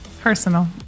personal